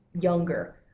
younger